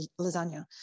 lasagna